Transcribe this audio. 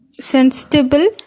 sensible